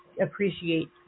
appreciate